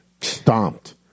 Stomped